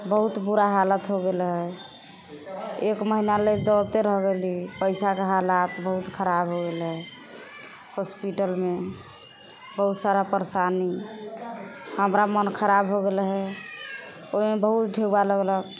बहुत बुरा हालत हो गेल रहै एक महिना लगि दौड़ते रहि गेली पैसाके हालात बहुत खराब हो गेलै हॉस्पिटलमे बहुत सारा परेशानी हमरा मन खराब हो गेल रहै ओहिमे बहुत ढेउआ लगलक